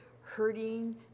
hurting